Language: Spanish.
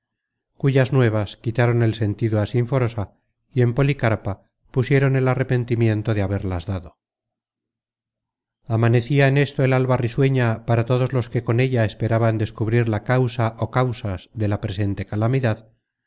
cuyas nuevas quitaron el sentido á sinforosa y en policarpa pusieron el arrepentimiento de haberlas dado amanecia en esto el alba risueña para todos los que con ella esperaban descubrir la causa ó causas de la presente calamidad